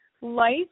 life